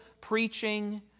preaching